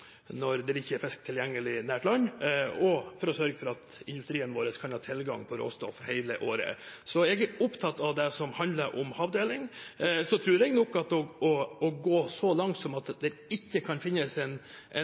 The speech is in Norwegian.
ikke er fisk tilgjengelig nær land, og for å sørge for at industrien vår kan ha tilgang til råstoff hele året. Så jeg er opptatt av det som handler om havdeling. Jeg tror nok at å gå så langt som at det ikke kan finnes en